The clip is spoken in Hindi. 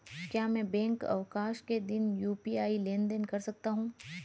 क्या मैं बैंक अवकाश के दिन यू.पी.आई लेनदेन कर सकता हूँ?